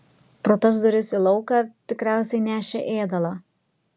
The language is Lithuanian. pro tas duris į lauką tikriausiai nešė ėdalą